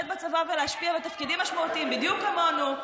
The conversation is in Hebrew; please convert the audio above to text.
בצבא ולהשפיע בתפקידים משמעותיים בדיוק כמונו,